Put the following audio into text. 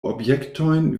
objektojn